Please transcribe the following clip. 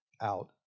out